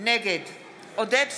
נגד עודד פורר,